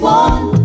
one